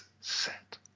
set